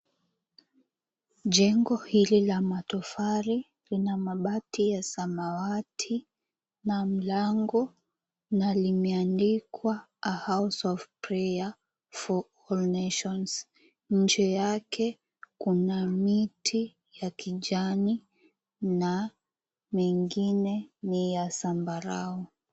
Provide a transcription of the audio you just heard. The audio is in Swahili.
Jengo hili la matofari lina mabati ya samawati na mlango na limeandikwa A HOUSE OF PRAYER FOR ALL NATIONS, nje yake kuma miti ya kijani na mengine ni ya zambarau.